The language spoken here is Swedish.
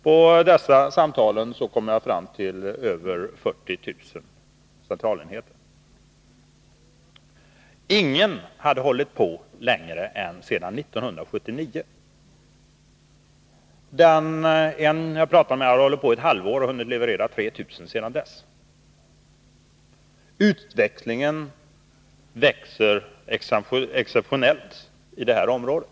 På dessa samtal kom jag fram till över 40 000 centralenheter. Ingen hade hållit på längre än sedan 1979. En som jag pratade hade hållit på ett halvår och hunnit leverera 3 000 sedan dess. Utvecklingen går exceptionellt snabbt på detta område.